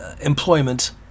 employment